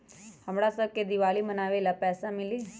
हमरा शव के दिवाली मनावेला पैसा मिली?